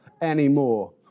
anymore